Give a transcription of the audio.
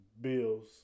Bills